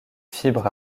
fibres